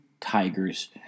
Tigers